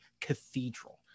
cathedral